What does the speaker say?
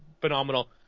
phenomenal